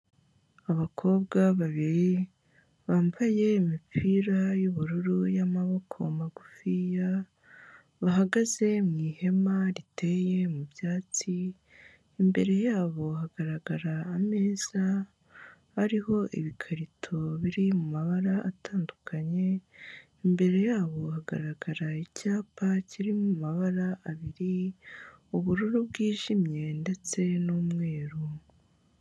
Abakobwa babiri bambaye imipira y'ubururu y'amaboko magufiya, bahagaze mu ihema riteye mu byatsi, imbere yabo hagaragara ameza ariho ibikarito biri mu mabara atandukanye, imbere yabo hagaragara icyapa kiri mu mabara abiri, ubururu bwijimye ndetse n'umweru.